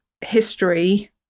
history –